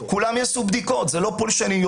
כולם יעשו בדיקות לא פולשניות,